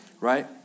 right